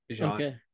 okay